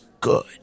good